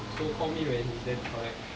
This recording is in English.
so call me when he's there to collect